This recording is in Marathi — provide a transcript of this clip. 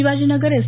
शिवाजीनगर एस